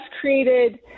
created